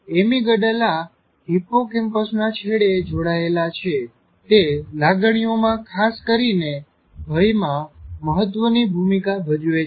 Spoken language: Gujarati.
એમિગડાલા હિપ્પોકેમ્પસ ના છેડે જોડાયેલ છે તે લાગણીઓમાં ખાસ કરીને ભયમાં મહત્વની ભૂમિકા ભજવે છે